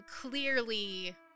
clearly